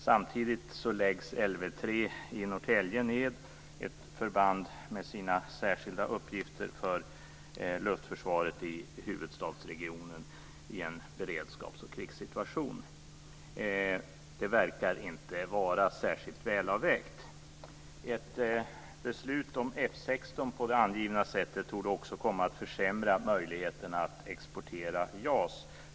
Samtidigt läggs Lv 3 i Norrtälje ned, ett förband med särskilda uppgifter för luftförsvaret i huvudstadsregionen i en beredskaps och krigssituation. Det verkar inte vara särskilt välavvägt. Ett beslut om F 16 på det angivna sättet torde också komma att försämra möjligheterna att exportera JAS.